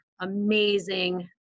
amazing